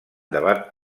debat